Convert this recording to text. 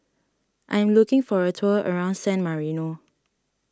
I am looking for a tour around San Marino